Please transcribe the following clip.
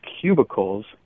cubicles